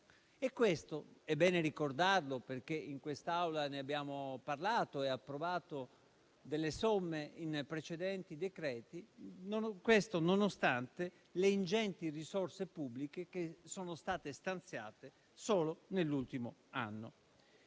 E questo - è bene ricordarlo, perché in quest'Aula ne abbiamo parlato e abbiamo approvato delle somme in precedenti decreti - nonostante le ingenti risorse pubbliche che sono state stanziate solo nell'ultimo anno.